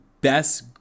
best